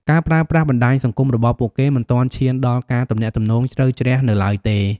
ការប្រើប្រាស់បណ្ដាញសង្គមរបស់ពួកគេមិនទាន់ឈានដល់ការទំនាក់ទំនងជ្រៅជ្រះនៅឡើយទេ។